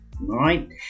Right